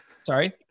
sorry